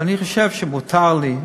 ואני חושבת שמותר לי.